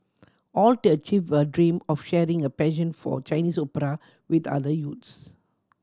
all to achieve her dream of sharing her passion for Chinese opera with other youths